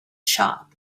shop